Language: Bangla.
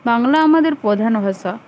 বাংলা আমাদের প্রধান ভাষা